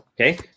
Okay